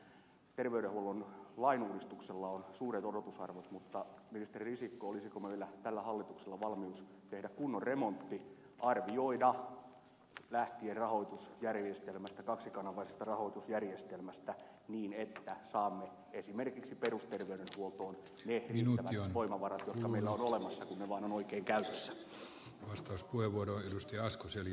terveydenhuollon lainuudistuksella on suuret odotusarvot mutta ministeri risikko olisiko tällä hallituksella valmius tehdä kunnon remontti arvioida lähtien kaksikanavaisesta rahoitusjärjestelmästä niin että saamme esimerkiksi perusterveydenhuoltoon ne riittävät voimavarat jotka meillä on olemassa kun ne vaan ovat oikein käytössä